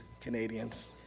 Canadians